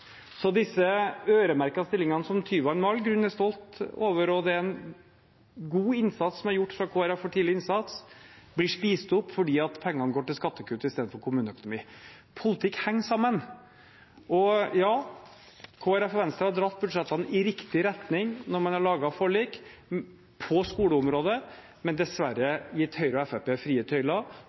Så disse øremerkede stillingene som Tyvand med all grunn er stolt over – det er en god innsats som er gjort fra Kristelig Folkeparti for tidlig innsats – blir spist opp fordi pengene går til skattekutt istedenfor kommuneøkonomi. Politikk henger sammen, og ja, Kristelig Folkeparti og Venstre har dratt budsjettene i riktig retning når man har laget forlik på skoleområdet, men dessverre gitt Høyre og Fremskrittspartiet frie tøyler